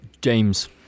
James